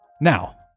Now